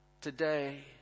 today